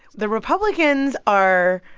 the republicans are,